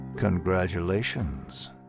Congratulations